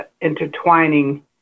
intertwining